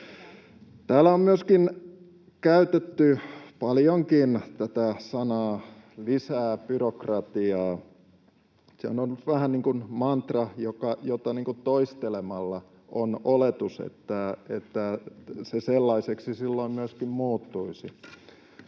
Täällä on myöskin käytetty paljonkin näitä sanoja: lisää byrokratiaa. Sehän on vähän niin kuin mantra, jota toistelemalla tulee oletus, että se sellaiseksi silloin myöskin muuttuisi.